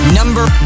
number